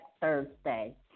Thursday